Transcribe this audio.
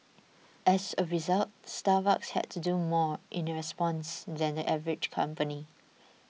as a result Starbucks had to do more in response than the average company